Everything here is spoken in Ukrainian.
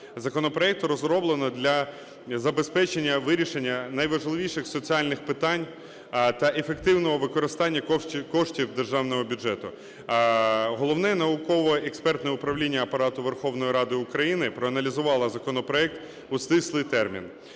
законопроект розроблено для забезпечення вирішення найважливіших соціальних питань та ефективного використання коштів державного бюджету. Головне науково-експертне управління Апарату Верховної Ради України проаналізувало законопроект у стислий термін,